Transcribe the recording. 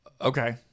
Okay